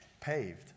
paved